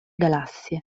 galassie